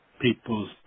people's